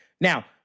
Now